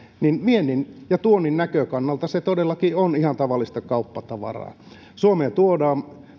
niin viennin ja tuonnin näkökannalta se todellakin on ihan tavallista kauppatavaraa suomeen tuodaan